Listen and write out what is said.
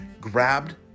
grabbed